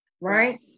right